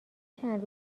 چند